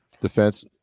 defense